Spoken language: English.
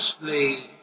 mostly